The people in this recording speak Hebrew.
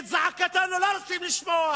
את זעקתנו לא רוצים לשמוע